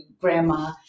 grandma